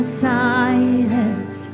silence